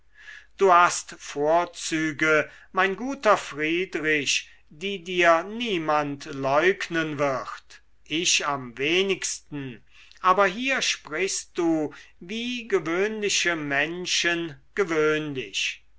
du hast vorzüge mein guter friedrich die dir niemand leugnen wird ich am wenigsten aber hier sprichst du wie gewöhnliche menschen gewöhnlich